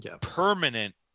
permanent